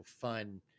fun